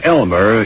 Elmer